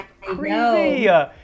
crazy